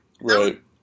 Right